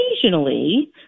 Occasionally